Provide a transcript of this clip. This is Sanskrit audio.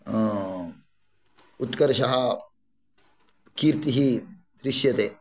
उत्कर्षः कीर्तिः दृश्यते